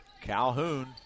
Calhoun